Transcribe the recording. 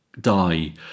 die